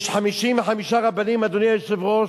יש 55 רבנים, אדוני היושב-ראש,